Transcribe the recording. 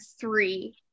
three